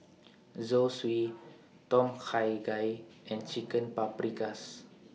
Zosui Tom Kha Gai and Chicken Paprikas